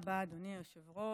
תודה רבה, אדוני היושב-ראש.